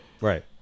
Right